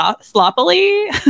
sloppily